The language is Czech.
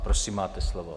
Prosím, máte slovo.